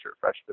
freshman